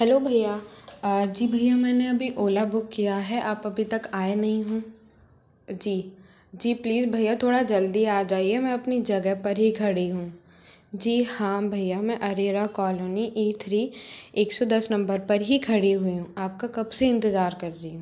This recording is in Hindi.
हेलो भय्या जी भय्या मैंने अभी ओला बुक किया है आप अभी तक आए नहीं हो जी जी प्लीज़ भय्या थोड़ा जल्दी आ जाइए मैं अपनी जगह पर ही खड़ी हूँ जी हाँ भय्या मैं अरेरा कॉलोनी ई थ्री एक सौ दस नंबर पर ही खड़ी हुई हूँ आप का कब से इंतज़ार कर रही हूँ